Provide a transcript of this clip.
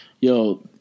Yo